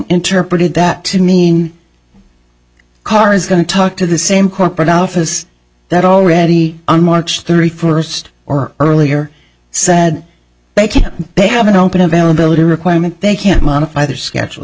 interpreted that to mean carr is going to talk to the same corporate office that already on march thirty first or earlier said they can't they have an open availability requirement they can't modify their schedule